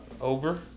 Over